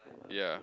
ya